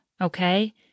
okay